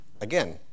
Again